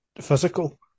Physical